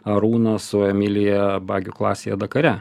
arūną su emilija bagių klasėje dakare